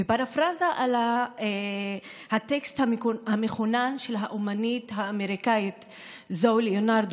בפרפרזה על הטקסט המכונן של האומנית האמריקאית זואי לאונרד